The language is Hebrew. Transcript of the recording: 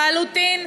לחלוטין.